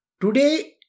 Today